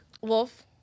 Wolf